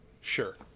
Sure